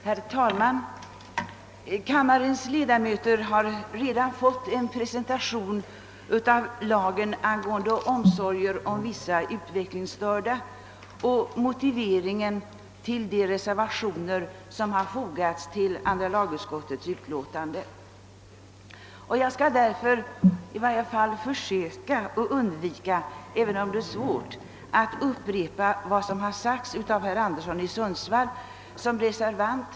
Herr talman! Kammarens ledamöter har redan fått en presentation av lagen angående omsorger om vissa psykiskt utvecklingsstörda. De har också fått uppgift om motiveringen till de reservationer som fogats vid andra lagutskoitets utlåtande. Jag skail därför försöka undvika, även om det är svårt, att upprepa vad som sagts av herr Anderson i Sundsvall som reservant.